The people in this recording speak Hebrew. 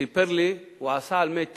סיפר לי, הוא עשה על מי תירס,